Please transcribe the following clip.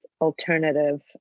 alternative